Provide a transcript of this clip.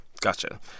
Gotcha